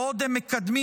בעוד הם מקדמים